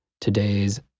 today's